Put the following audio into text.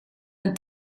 een